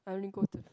I only go to